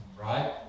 right